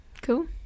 cool